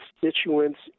constituents